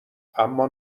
اما